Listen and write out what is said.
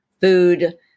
food